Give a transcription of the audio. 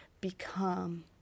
become